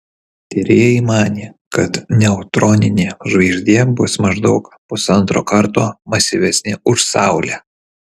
tyrėjai manė kad neutroninė žvaigždė bus maždaug pusantro karto masyvesnė už saulę